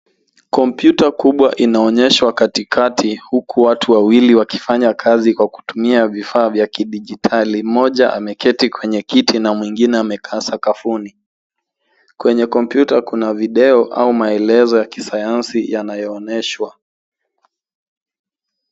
Kompyuta kubwa inaonyeshwa katikati huku watu wawili wakifanya kazi kwa kutumia vifaa vya kidijitali. Mmoja ameketi kwenye kiti na mwengine amekaa sakafuni. Kwenye kompyuta kuna video au maelezo ya kisayansi yanaonyeshwa.